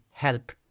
help